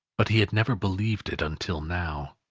but he had never believed it until now.